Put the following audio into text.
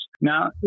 Now